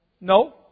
No